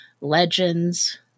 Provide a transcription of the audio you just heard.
legends